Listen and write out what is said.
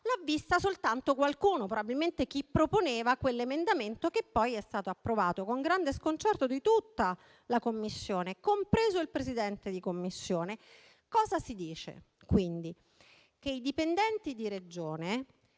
l'ha vista soltanto qualcuno, probabilmente chi proponeva quell'emendamento che poi è stato approvato con grande sconcerto di tutta la Commissione, compreso il suo Presidente. Si afferma quindi che i dipendenti di Regione